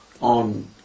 on